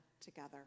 together